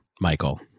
michael